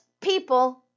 people